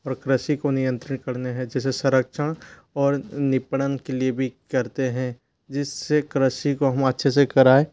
और कृषि को नियंत्रित करते हैं जिसे संरक्षण और निपड़न के लिए भी करते है जिससे कृषि को हम अच्छे से कराएँ